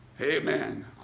amen